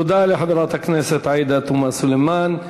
תודה לחברת הכנסת עאידה תומא סלימאן.